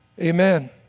Amen